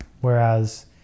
whereas